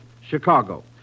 Chicago